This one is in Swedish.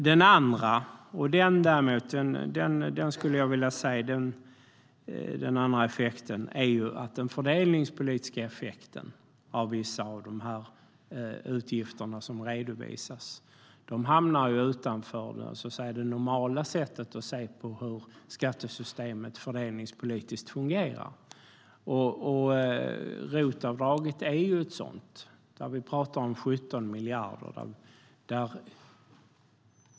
Det andra problemet är att den fördelningspolitiska effekten av vissa av de utgifter som redovisas hamnar utanför det normala sättet att se på hur skattesystemet ska fungera fördelningspolitiskt. ROT-avdraget är ett sådant exempel. Där pratar vi om 17 miljarder.